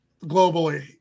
globally